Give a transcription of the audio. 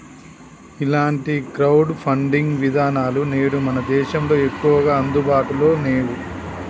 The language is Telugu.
ఇలాంటి క్రౌడ్ ఫండింగ్ విధానాలు నేడు మన దేశంలో ఎక్కువగా అందుబాటులో నేవు